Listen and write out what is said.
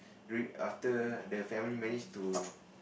during after the family manage to